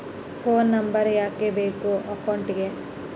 Phone number ಯಾಕೆ ಬೇಕು ಅಕೌಂಟಿಗೆ?